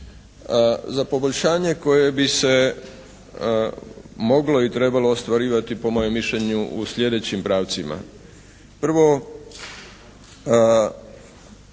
za poboljšanje koje bi se moglo i trebalo ostvarivati po mojem mišljenju u slijedećim pravcima. Prvo,